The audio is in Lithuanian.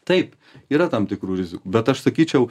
taip yra tam tikrų rizikų bet aš sakyčiau